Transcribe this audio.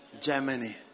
Germany